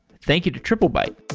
thank you to triplebyte